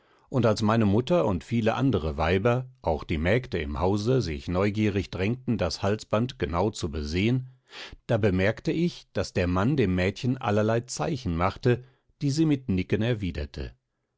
und als meine mutter und viele andere weiber auch die mägde im hause sich neugierig drängten das halsband genau zu besehen da bemerkte ich daß der mann dem mädchen allerlei zeichen machte die sie mit nicken erwiderte